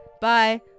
bye